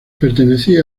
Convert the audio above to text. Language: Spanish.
pertenecía